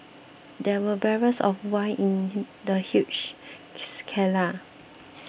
there were barrels of wine in the huge